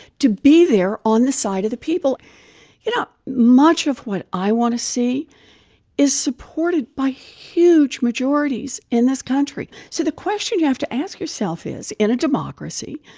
to be there on the side of the people you know, much of what i want to see is supported by huge majorities in this country. so the question you have to ask yourself is, in a democracy,